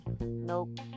nope